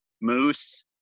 moose